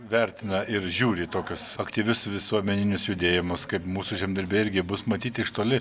vertina ir žiūri į tokius aktyvius visuomeninius judėjimus kaip mūsų žemdirbiai irgi bus matyti iš toli